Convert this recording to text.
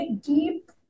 deep